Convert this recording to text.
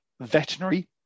veterinary